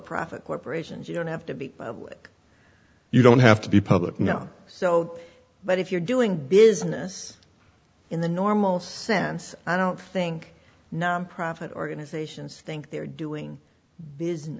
profit corporations you don't have to be like you don't have to be public now so but if you're doing business in the normal sense i don't think nonprofit organizations think they're doing